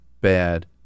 bad